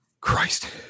Christ